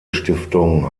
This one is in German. stiftung